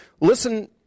listen